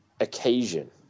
occasion